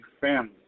family